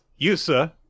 Yusa